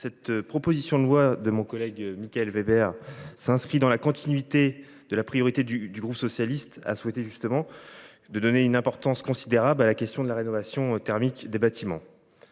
cette proposition de loi de mon collègue Michael Weber s’inscrit dans la continuité de la priorité que s’est fixée le groupe socialiste : donner une importance considérable à la question de la rénovation thermique des bâtiments.